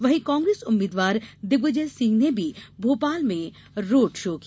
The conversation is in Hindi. वहीं कांग्रेस उम्मीद्वार दिग्विजय सिंह ने भी भोपाल रोड शो किया